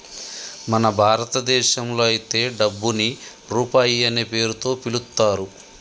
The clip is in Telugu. మన భారతదేశంలో అయితే డబ్బుని రూపాయి అనే పేరుతో పిలుత్తారు